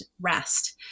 rest